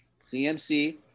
CMC